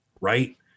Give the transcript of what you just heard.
right